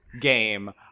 game